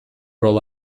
roll